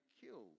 killed